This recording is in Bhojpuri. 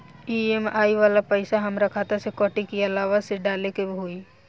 ई.एम.आई वाला पैसा हाम्रा खाता से कटी की अलावा से डाले के होई?